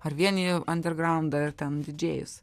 ar vien į ander graundą ir ten didžėjus